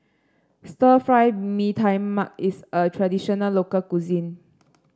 Stir Fry Mee Tai Mak is a traditional local cuisine